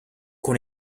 con